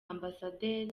amb